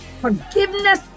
Forgiveness